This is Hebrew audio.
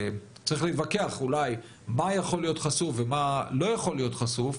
צריך להתווכח אולי מה יכול להיות חשוף ומה לא יכול להיות חשוף,